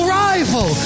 rival